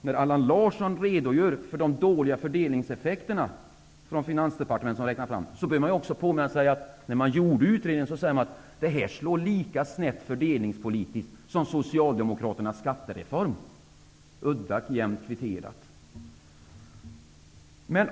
När Allan Larsson redogör för de dåliga fördelningseffekterna som han har räknat fram, bör man påminna sig om att man, när utredningen gjordes, sade att detta slår lika fördelningspolitiskt snett som Socialdemokraternas skattereform, udda och jämnt kvitterat.